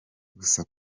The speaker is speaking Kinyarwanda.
gusa